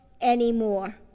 anymore